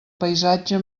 paisatge